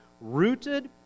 rooted